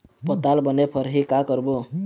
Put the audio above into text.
पताल बने फरही का करबो?